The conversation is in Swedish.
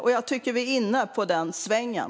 Jag tycker att vi är inne på den svängen.